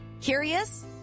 Curious